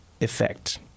effect